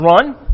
run